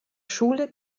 schule